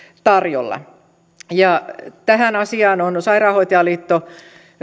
tarjolla tähän asiaan on on sairaanhoitajaliitto